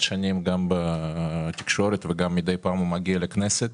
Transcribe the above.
שנים גם בתקשורת וגם מידי פעם הוא מגיע לכנסת.